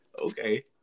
Okay